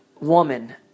woman